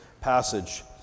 passage